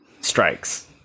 strikes